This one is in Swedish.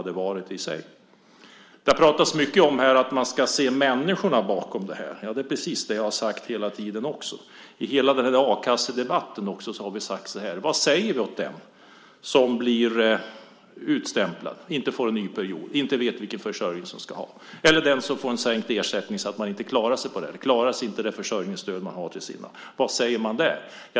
Det har pratats mycket om att man ska se människorna bakom det här. Ja, det är precis det jag har sagt hela tiden också. I hela a-kassedebatten har vi sagt så här: Vad säger vi åt den som blir utstämplad, inte får en ny period och inte vet vilken försörjning han eller hon ska ha eller till den som får en sänkt ersättning så att han eller hon inte klarar sig på den och inte på det försörjningsstöd man har. Vad säger man då?